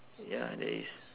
ya there is